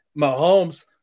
Mahomes